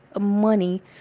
money